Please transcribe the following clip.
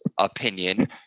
opinion